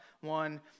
one